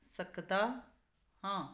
ਸਕਦਾ ਹਾਂ